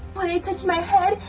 when i touch my head,